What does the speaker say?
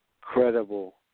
credible